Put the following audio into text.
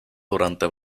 durante